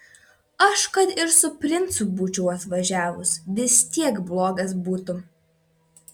aš kad ir su princu būčiau atvažiavus vis tiek blogas būtų